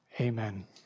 Amen